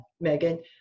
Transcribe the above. Megan